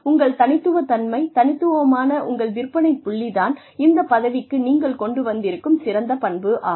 உங்கள் தனித்துவத்தன்மை தனித்துவமான உங்கள் விற்பனை புள்ளி தான் இந்த பதவிக்கு நீங்கள் கொண்டு வந்திருக்கும் சிறந்த பண்பாகும்